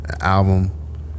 album